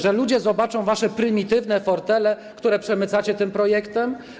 Że ludzie zobaczą wasze prymitywne fortele, które przemycacie tym projektem?